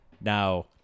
Now